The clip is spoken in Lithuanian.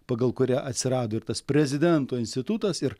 pagal kurią atsirado ir tas prezidento institutas ir